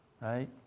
right